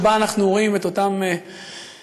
שבה אנחנו רואים את אותם צעירים,